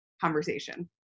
conversation